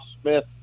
Smith